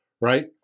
right